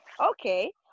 okay